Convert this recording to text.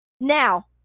Now